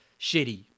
shitty